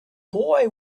boy